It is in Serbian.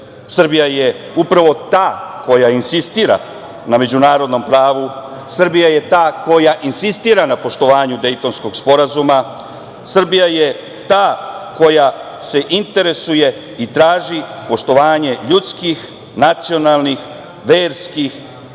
Srbija je upravo ta koja insistira na međunarodnom pravu. Srbija je ta koja insistira na poštovanju Dejtonskog sporazuma. Srbija je ta koja se interesuje i traži poštovanje ljudskih, nacionalnih, verskih